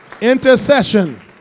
Intercession